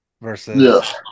versus